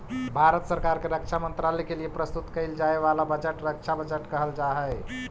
भारत सरकार के रक्षा मंत्रालय के लिए प्रस्तुत कईल जाए वाला बजट रक्षा बजट कहल जा हई